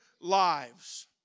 lives